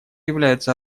являются